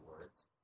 words